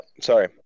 sorry